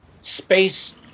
space